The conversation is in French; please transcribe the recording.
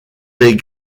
les